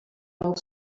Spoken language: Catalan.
molt